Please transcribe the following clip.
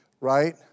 right